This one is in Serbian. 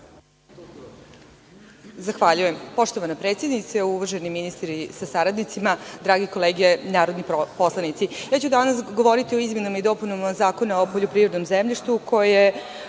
Zahvaljujem. Poštovana predsednice, uvaženi ministri sa saradnicima, drage kolege narodni poslanici, danas ću govoriti o izmenama i dopunama Zakona o poljoprivrednom zemljištu kao